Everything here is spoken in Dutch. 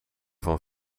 van